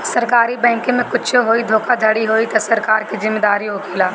सरकारी बैंके में कुच्छो होई धोखाधड़ी होई तअ सरकार के जिम्मेदारी होखेला